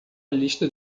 lista